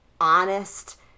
honest